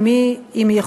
עם מי,